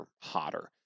hotter